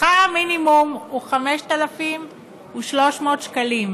שכר המינימום הוא 5,300 שקלים,